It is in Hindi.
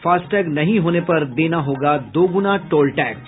फास्टैग नहीं होने पर देना होगा दोगुना टोल टैक्स